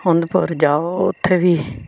उधमपुर जाओ उत्थै बी